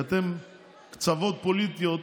כי אתם קצוות פוליטיים,